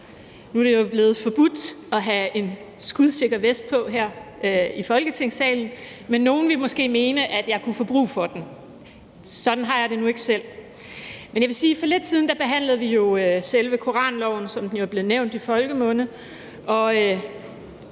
Nu er det jo blevet forbudt at have en skudsikker vest på her i Folketingssalen, men nogle vil måske mene, at jeg kan få brug for den. Sådan har jeg det nu ikke selv. For lidt siden behandlede vi selve koranloven, som den jo er blevet benævnt i folkemunde.